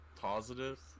Positive